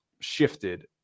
shifted